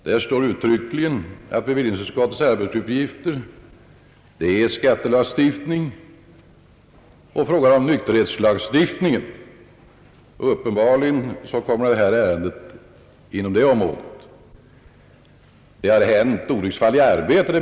Det står uttryckligen bl.a. att bevillningsutskottets arbetsuppgifter är skattelagstiftning och nykterhetslagstiftning. Uppenbarligen kommer detta ärende inom det senare området. Det har hänt olycksfall, jag medger det.